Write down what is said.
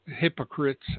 hypocrites